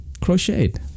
Crocheted